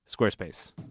Squarespace